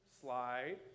slide